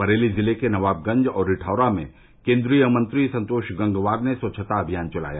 बरेली जिले के नवाबगंज और रिठौरा में केन्द्रीय मंत्री संतोष गंगवार ने स्वच्छता अभियान चलाया